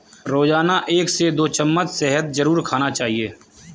रोजाना एक से दो चम्मच शहद जरुर खाना चाहिए